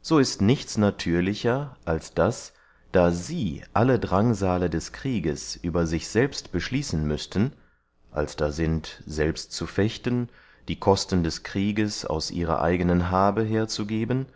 so ist nichts natürlicher als daß da sie alle drangsale des krieges über sich selbst beschließen müßten als da sind selbst zu fechten die kosten des krieges aus ihrer eigenen haabe herzugeben